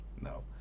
No